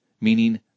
meaning